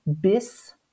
BIS